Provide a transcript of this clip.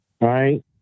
right